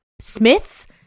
Smiths